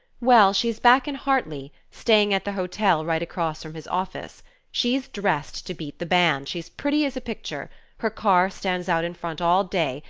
well, she's back in hartley, staying at the hotel right across from his office she's dressed to beat the band, she's pretty as a picture her car stands out in front all day,